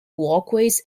walkways